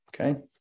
Okay